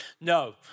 No